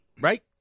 Right